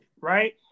right